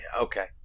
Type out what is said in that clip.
okay